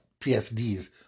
PSDs